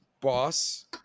boss